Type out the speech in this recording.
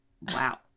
Wow